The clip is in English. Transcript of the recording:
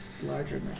Larger